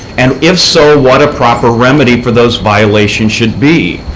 and, if so, what a proper remedy for those violations should be.